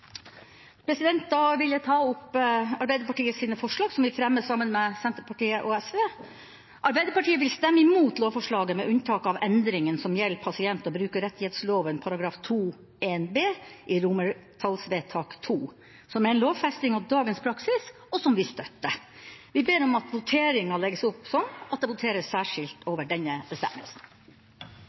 vil ta opp de forslagene som Arbeiderpartiet fremmer sammen med Senterpartiet og Sosialistisk Venstreparti, og de forslagene som vi fremmer sammen med Senterpartiet. Arbeiderpartiet vil stemme imot lovforslaget, med unntak av endringa som gjelder pasient- og brukerrettighetsloven § 2-1 b i forslag til romertallsvedtak II – som vil være en lovfesting av dagens praksis, og som vi støtter. Vi ber om at voteringa legges opp slik at det voteres særskilt over denne bestemmelsen.